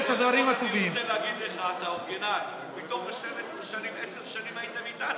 מתוך 12 שנים, 10 שנים הייתם איתנו.